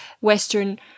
Western